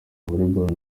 volleyball